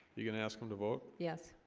you gonna ask them to vote. yes,